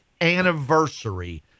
anniversary